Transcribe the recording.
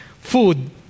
food